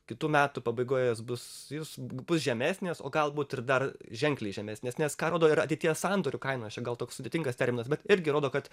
kitų metų pabaigoje jos bus jos bus žemesnės o galbūt ir dar ženkliai žemesnės nes ką rodo ir ateities sandorių kaina čia gal toks sudėtingas terminas bet irgi rodo kad